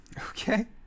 Okay